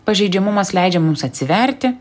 pažeidžiamumas leidžia mums atsiverti